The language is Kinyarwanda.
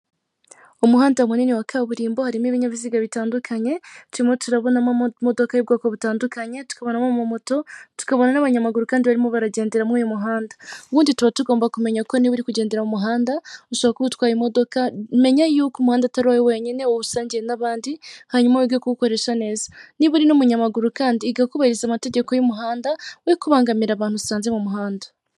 Umuhanda munini wa kaburimbo harimo ibyabiziga bitandukanye, turimo turabonamo imodoka y'ubwoko butandukanye, tukabonamo ama moto, tukabona n'abanyamaguru kandi barimo baragendera murimo uyu muhanda. Ubundi tuba tugomba kumenya ko niba uri kugendera muhanda ushobora kuba utwaye imodoka menya yuko umuhanda atari wenyine uwusangire n'abandi hanyuma wige kuwukoresha neza. Niba uri n'umunyamaguru kandi iga kubahiriza amategeko y'umuhanda we kubangamira abantu usanze mu muhanda.